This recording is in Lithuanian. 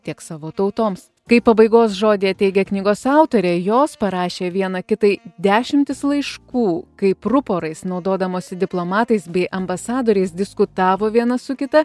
tiek savo tautoms kaip pabaigos žodyje teigia knygos autorė jos parašė viena kitai dešimtis laiškų kaip ruporais naudodamosi diplomatais bei ambasadoriais diskutavo viena su kita